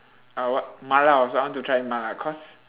uh what mala also I want to try mala cause